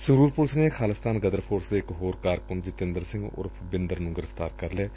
Sangrur police ਨੇ Khalistan Ghadar force ਦੇ ਇਕ ਹੋਰ ਕਾਰਕੁੰਨ ਜਤਿੰਦਰ ਸਿੰਘ ਉਰਫ਼ ਬਿੰਦਰ ਨੂੰ ਗ੍ਰਿਫ਼ਤਾਰ ਕਰ ਲਿਐ